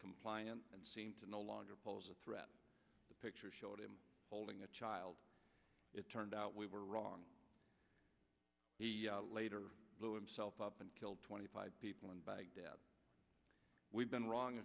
compliant and seemed to no longer pose a threat picture showed him holding a child it turned out we were wrong later blew him self up and killed twenty five people in baghdad we've been wrong